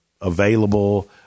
available